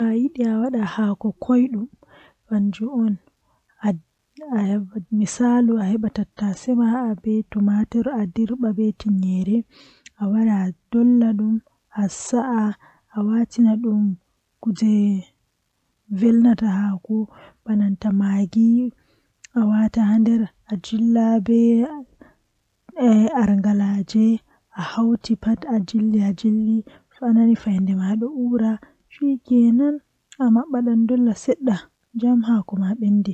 Ko njaŋnguɗi ko waawugol ngal wondi ɗoo aduna, Sabu ɗum njippita jam e waɗtuɗi waɗal ɗi ɓuri laawol. Neɗɗo waɗataa njaŋnguɗi heɓataa semmbugol waɗitde goongɗi ɗam e konngol ɗum. E waɗal ngal, Ko ɗum ndimaagu ɗi njogita waɗude laawol ngam noɗɗude laamu e njogorde ɗoo aduna.